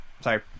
Sorry